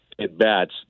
at-bats